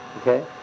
Okay